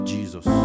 Jesus